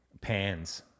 pans